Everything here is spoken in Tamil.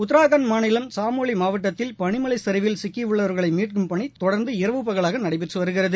உத்ராகண்ட் மாநிலம் சமோலி மாவட்டத்தில் பனிமலை சரிவில் சிக்கியுள்ளவர்களை மீட்கும் பணி தொடர்ந்து இரவு பகலாக நடைபெற்று வருகிறது